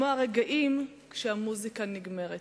כמו הרגעים כשהמוזיקה נגמרת.